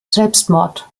selbstmord